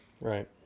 right